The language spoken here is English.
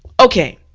okay,